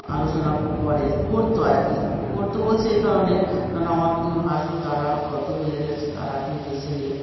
আলোচনা করে করত আর কি করত বলছি এই কারণেই কারণ আমার দুই ভাসুর তারা গত হয়ে গিয়েছে তারা এখন বেঁচে নেই